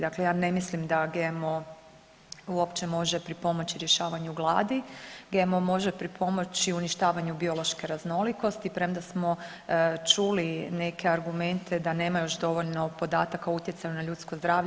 Dakle, ja ne mislim da GMO uopće može pripomoći rješavanju gladi, GMO može pripomoći uništavanju biološke raznolikosti, premda smo čuli neke argumente da nema još dovoljno podataka o utjecaju na ljudsko zdravlje.